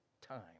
time